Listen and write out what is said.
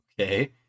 Okay